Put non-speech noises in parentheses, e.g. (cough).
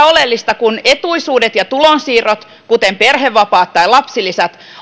(unintelligible) oleellista kuin etuisuudet ja tulonsiirrot kuten perhevapaat tai lapsilisät